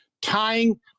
tying